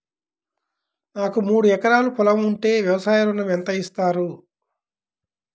నాకు మూడు ఎకరాలు పొలం ఉంటే వ్యవసాయ ఋణం ఎంత ఇస్తారు?